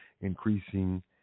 increasing